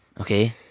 okay